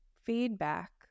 feedback